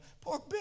Poor